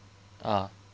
ah